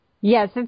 Yes